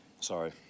Sorry